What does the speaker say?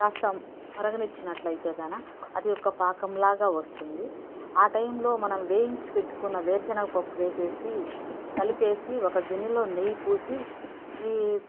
కాస్త మరగనిచ్చినట్లయితే గాన అది ఒక పాకంలాగా వస్తుంది ఆ టైములో మనం వేయించి పెట్టుకున్న వేరుశెనగ పప్పు వేసేసి కలిపేసి ఒక గిన్నెలో నెయ్యి పోసి ఈ